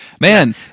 man